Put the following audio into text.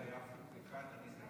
זה היה כשהתחלנו מ-25%.